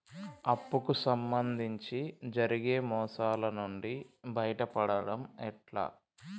అప్పు కు సంబంధించి జరిగే మోసాలు నుండి బయటపడడం ఎట్లా?